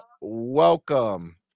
Welcome